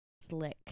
Slick